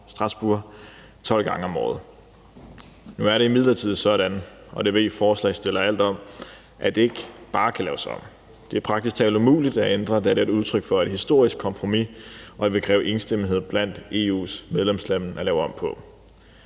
Strasbourg 12 gange om året. Nu er det imidlertid sådan, at det ikke bare kan laves om – og det ved ordføreren for forslagsstillerne alt om. Det er praktisk talt umuligt at ændre, da det er et udtryk for et historisk kompromis og vil kræve enstemmighed blandt EU's medlemslande at lave om på